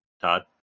Todd